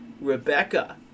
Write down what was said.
Rebecca